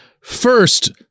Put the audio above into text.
first